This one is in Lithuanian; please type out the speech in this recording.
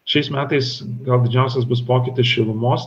šiais metais gal didžiausias bus pokytis šilumos